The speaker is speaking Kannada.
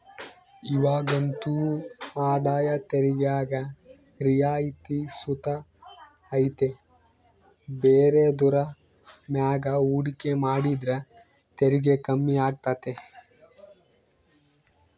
ಇವಾಗಂತೂ ಆದಾಯ ತೆರಿಗ್ಯಾಗ ರಿಯಾಯಿತಿ ಸುತ ಐತೆ ಬೇರೆದುರ್ ಮ್ಯಾಗ ಹೂಡಿಕೆ ಮಾಡಿದ್ರ ತೆರಿಗೆ ಕಮ್ಮಿ ಆಗ್ತತೆ